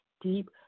deep